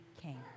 came